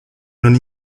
non